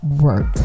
work